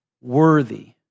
Worthy